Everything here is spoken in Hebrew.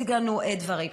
מציג לנו דברים,